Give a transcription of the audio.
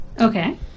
okay